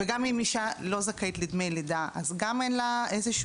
וגם אם אישה לא זכאית לדמי לידה,